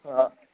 हा